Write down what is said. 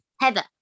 Heather